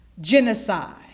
genocide